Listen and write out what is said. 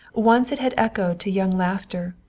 once it had echoed to young laughter,